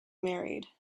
married